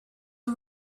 who